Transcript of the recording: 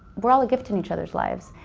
we're all a gift in each other's lives.